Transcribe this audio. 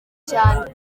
cyane